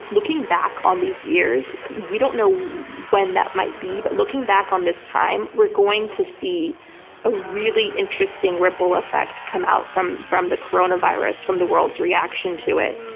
looking back on these years, we don't know when that might be. but looking back on this time, we're going to see a really interesting ripple effect come out from from the coronavirus, from the world's reaction to it.